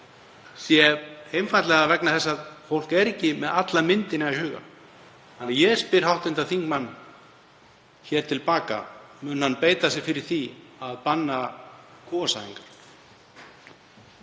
sé einfaldlega vegna þess að fólk er ekki með alla myndina í huga. Þannig að ég spyr hv. þingmann hér til baka: Mun hann beita sér fyrir því að banna kúasæðingar?